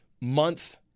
month